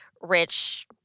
rich